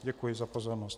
Děkuji za pozornost.